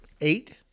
Eight